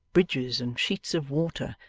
bridges, and sheets of water,